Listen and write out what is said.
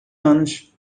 anos